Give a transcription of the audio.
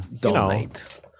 donate